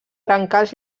brancals